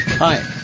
Hi